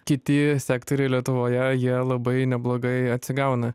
kiti sektoriai lietuvoje jie labai neblogai atsigauna